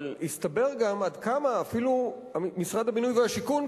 אבל הסתבר גם עד כמה אפילו משרד הבינוי והשיכון,